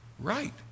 right